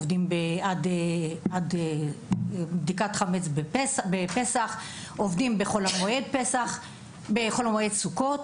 עד בדיקת חמץ בפסח ובחול המועד פסח.